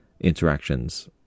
interactions